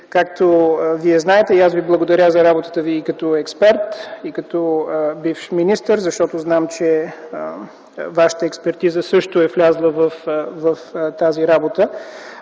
стойности, цените. Аз благодаря за работата Ви като експерт и като бивш министър, защото знам, че Вашата експертиза също е влязла в работа